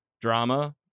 Drama